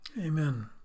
amen